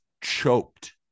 choked